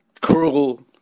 Cruel